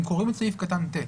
אם קוראים את סעיף קטן (ט).